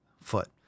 foot